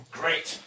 great